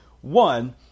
One